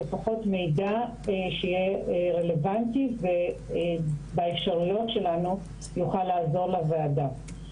לפחות מידע שיהיה רלוונטי ובאפשרויות שלנו יוכל לעזור לוועדה.